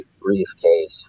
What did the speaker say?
briefcase